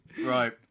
Right